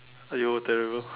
!aiyo! terrible